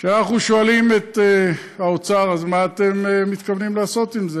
כשאנחנו שואלים את האוצר: אז מה אתם מתכוונים לעשות עם זה?